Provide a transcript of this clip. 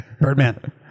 Birdman